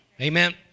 Amen